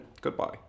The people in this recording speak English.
goodbye